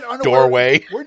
Doorway